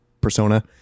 Persona